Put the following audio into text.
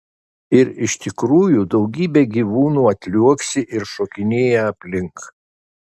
ir iš tikrųjų daugybė gyvūnų atliuoksi ir šokinėja aplink